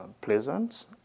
Pleasant